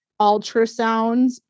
ultrasounds